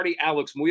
Alex